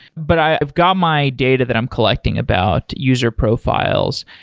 but i've got my data that i'm collecting about user profiles.